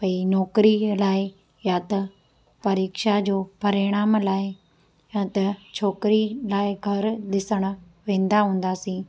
भई नौकरी लाइ या त परीक्षा जो परिणाम लाइ या त छोकिरी लाइ घरु ॾिसण वेंदा हूंदासीं